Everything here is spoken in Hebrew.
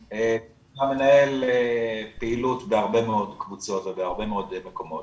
--- מנהל פעילות בהרבה מאוד קבוצות ובהרבה מאוד מקומות,